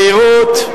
במהירות,